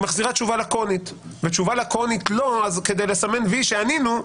היא מחזירה תשובה לקונית והתשובה הלקונית היא כדי לסמן וי שהיא ענתה,